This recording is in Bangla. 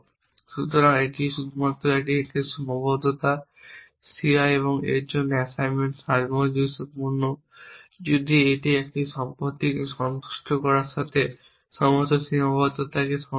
সুতরাং এটি শুধুমাত্র 1 সীমাবদ্ধতা ci এবং এর জন্য অ্যাসাইনমেন্ট সামঞ্জস্যপূর্ণ যদি এটি এই সম্পত্তিকে সন্তুষ্ট করার সাথে সমস্ত সীমাবদ্ধতাকে সন্তুষ্ট করে